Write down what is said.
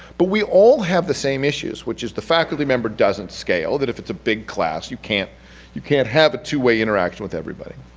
but we all have these same issues, which is the faculty member doesn't scale, that if it's a big class you can't you can't have a two way interaction with everybody.